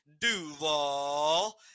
Duval